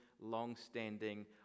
long-standing